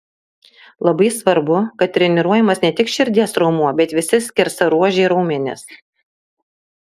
labai svarbu kad treniruojamas ne tik širdies raumuo bet visi skersaruožiai raumenys